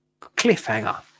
Cliffhanger